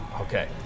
okay